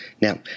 Now